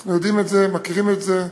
אנחנו יודעים את זה, מכירים את זה,